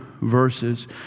verses